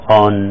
on